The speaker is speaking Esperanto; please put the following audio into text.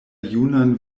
junan